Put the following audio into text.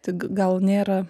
tik gal nėra